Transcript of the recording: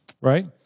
right